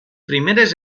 primeres